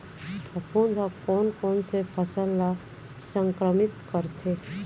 फफूंद ह कोन कोन से फसल ल संक्रमित करथे?